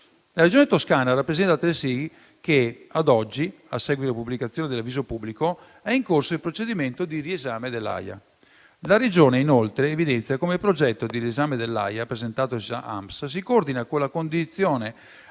La Regione Toscana rappresenta altresì che, ad oggi, a seguito della pubblicazione dell'avviso pubblico, è in corso il procedimento di riesame dell'AIA. La Regione, inoltre, evidenzia come il progetto di riesame dell'AIA, presentato dalla società Aamps, si coordina con la condizione